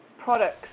products